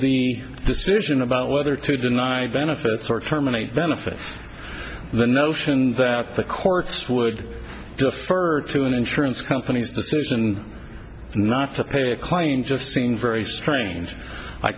the decision about whether to deny benefits or terminate benefits the notion that the courts would defer to an insurance company's decision not to pay a claim just seemed very strange i